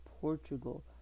Portugal